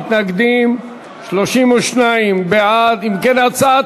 את הצעת